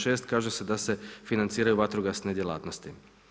6. kaže se da se financiraju vatrogasne djelatnosti.